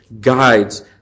guides